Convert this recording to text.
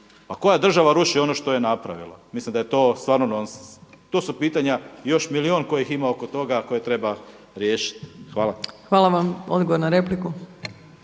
koja država ruši ono što je napravila? Mislim da je to stvarno nonsens. To su pitanja i još milijun kojih ima oko toga koje treba riješiti. Hvala. **Opačić, Milanka